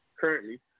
currently